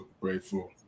grateful